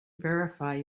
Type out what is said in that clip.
verify